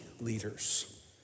leaders